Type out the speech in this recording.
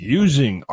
using